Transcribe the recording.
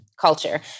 Culture